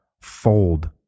fold